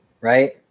Right